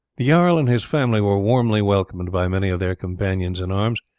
the jarl and his family were warmly welcomed by many of their companions in arms,